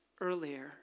earlier